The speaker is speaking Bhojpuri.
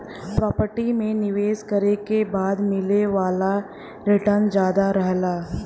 प्रॉपर्टी में निवेश करे के बाद मिले वाला रीटर्न जादा रहला